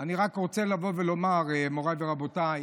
אני רק רוצה לבוא ולומר, מוריי ורבותיי,